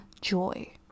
joy